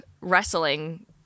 wrestling